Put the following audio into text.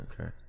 Okay